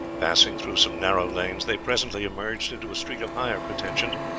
passing through some narrow lanes, they presently emerged into a street of higher pretensions,